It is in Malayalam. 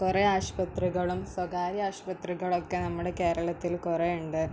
കുറെ ആശുപത്രികളും സ്വകാര്യ ആശുപത്രികളുമൊക്കെ നമ്മുടെ കേരളത്തിൽ കുറെ ഉണ്ട്